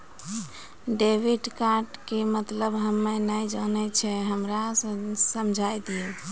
Debit card के मतलब हम्मे नैय जानै छौ हमरा समझाय दियौ?